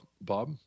Bob